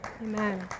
Amen